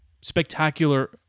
Spectacular